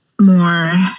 more